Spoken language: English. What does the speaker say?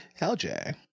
LJ